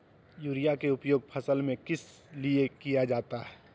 Urea के उपयोग फसल में किस लिए किया जाता है?